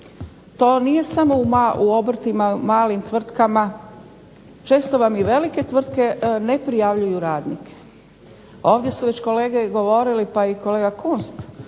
To nije samo u obrtima, malim tvrtkama, često vam i velike tvrtke ne prijavljuju radnike. Ovdje su već kolege govorili, pa i kolega Kunst